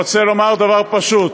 רוצה לומר דבר פשוט,